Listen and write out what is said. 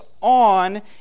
on